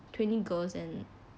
twenty girls and